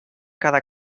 cada